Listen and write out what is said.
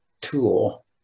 tool